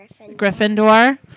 Gryffindor